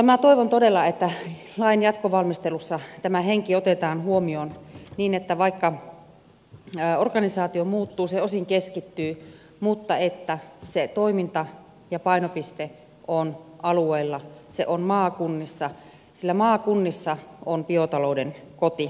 minä toivon todella että lain jatkovalmistelussa tämä henki otetaan huomioon niin että vaikka organisaatio muuttuu ja se osin keskittyy niin se toiminta ja painopiste on alueella se on maakunnissa sillä maakunnissa on biotalouden koti